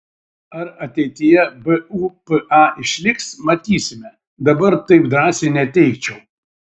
ar ateityje bupa išliks matysime dabar taip drąsiai neteigčiau